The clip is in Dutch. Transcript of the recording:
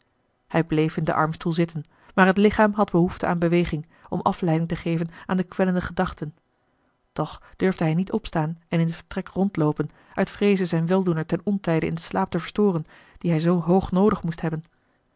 hij bleef in den armstoel zitten maar het lichaam had behoefte aan beweging om afleiding te geven aan de kwellende gedachten toch durfde hij niet opstaan en in t vertrek rondloopen uit vreeze zijn weldoener ten ontijde in den slaap te storen dien hij zoo hoog noodig moest hebben